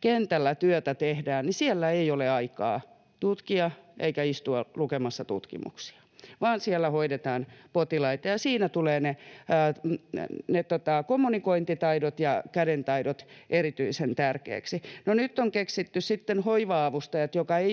kentällä työtä tehdään, siellä ei ole aikaa tutkia eikä istua lukemassa tutkimuksia vaan siellä hoidetaan potilaita, ja siinä tulevat ne kommunikointitaidot ja kädentaidot erityisen tärkeiksi. No nyt on sitten keksitty hoiva-avustajat, mikä ei